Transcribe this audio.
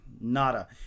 Nada